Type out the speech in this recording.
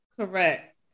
Correct